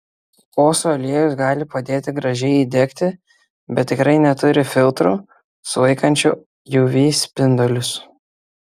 kokosų aliejus gali padėti gražiai įdegti bet tikrai neturi filtrų sulaikančių uv spindulius